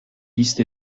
listes